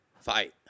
Fight